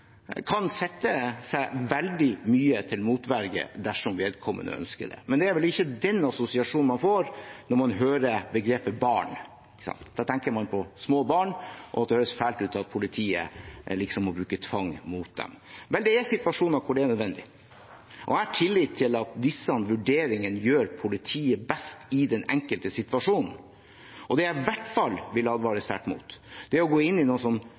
kan sette seg veldig mye til motverge dersom vedkommende ønsker det. Men det er vel ikke den assosiasjonen man får når man hører begrepet barn. Da tenker man på små barn, og det høres fælt ut at politiet må bruke tvang mot dem. Vel, det er situasjoner hvor det er nødvendig, og jeg har tillit til at disse vurderingene gjør politiet best i den enkelte situasjon. Det jeg i hvert fall vil advare sterkt mot, er å gå inn i